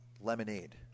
lemonade